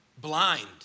blind